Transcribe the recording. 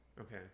okay